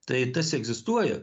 tai tas egzistuoja